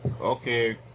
okay